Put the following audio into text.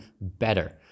better